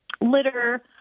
litter